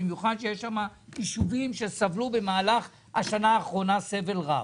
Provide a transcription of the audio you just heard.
במיוחד שיש שם ישובים שסבלו במהלך השנה האחרונה סבל רב,